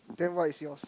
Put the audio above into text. then what is yours